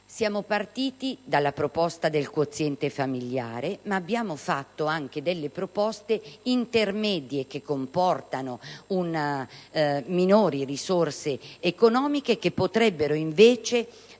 Siamo partiti dalla proposta del quoziente familiare ma abbiamo fatto anche proposte intermedie, che comportano minori risorse economiche e che potrebbero dare